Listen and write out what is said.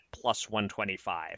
plus-125